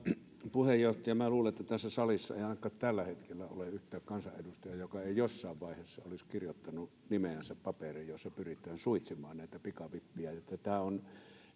puheenjohtaja minä luulen että tässä salissa ei ainakaan tällä hetkellä ole yhtään kansanedustajaa joka ei jossain vaiheessa olisi kirjoittanut nimeänsä paperiin jossa pyritään suitsimaan näitä pikavippejä tämä on